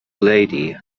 lady